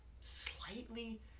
slightly